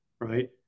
right